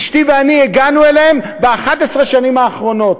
אשתי ואני הגענו אליהם ב-11 השנים האחרונות,